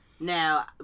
Now